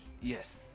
Yes